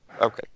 Okay